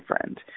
friend